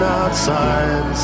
outside